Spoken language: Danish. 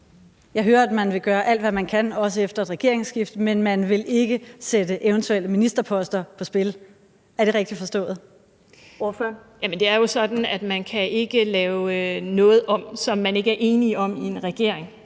Jeg hører, at man vil gøre alt, hvad man kan, også efter et regeringsskifte, men man vil ikke sætte eventuelle ministerposter på spil. Er det rigtigt forstået? Kl. 17:16 Første næstformand (Karen Ellemann): Ordføreren.